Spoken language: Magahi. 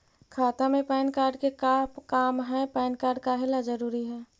खाता में पैन कार्ड के का काम है पैन कार्ड काहे ला जरूरी है?